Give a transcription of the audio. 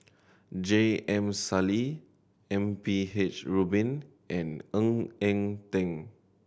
J M Sali M P H Rubin and Ng Eng Teng